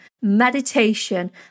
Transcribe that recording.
meditation